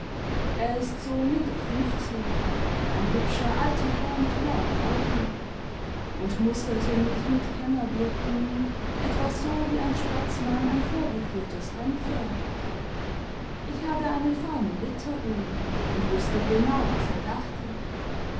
er ist so mitte fünfzig ein hübscher alter herr mit blauen augen und musterte mich mit kennerblicken etwa so wie ein sportsman ein vorgeführtes rennpferd ich habe eine feine witterung und wußte genau was er dachte